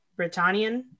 Britannian